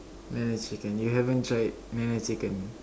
NeNe-chicken you haven't try it NeNe-chicken